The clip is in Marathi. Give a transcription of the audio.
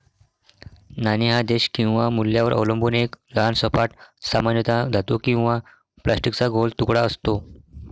नाणे हा देश किंवा मूल्यावर अवलंबून एक लहान सपाट, सामान्यतः धातू किंवा प्लास्टिकचा गोल तुकडा असतो